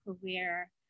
career